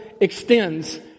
extends